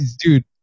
Dude